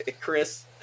Chris